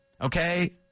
Okay